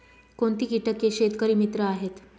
कोणती किटके शेतकरी मित्र आहेत?